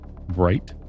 bright